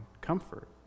comfort